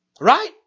Right